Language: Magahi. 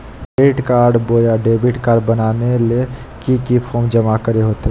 क्रेडिट कार्ड बोया डेबिट कॉर्ड बनाने ले की की फॉर्म जमा करे होते?